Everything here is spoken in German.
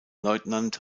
leutnant